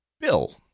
Bill